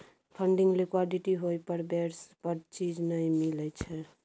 funding liquidity होइ पर बेर पर चीज नइ मिलइ छइ